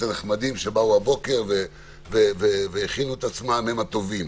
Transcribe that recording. שבאו הבוקר והכינו עצמם הם הטובים.